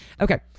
Okay